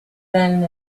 than